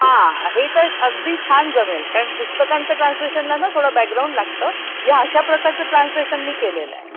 हां हे तर अगदी छान जमेल कारण पुस्तकांचं ट्रान्सलेशनला ना थोडं बॅकग्राऊंड लागतं या अशा प्रकारचं ट्रान्सलेशन मी केलेलं आहे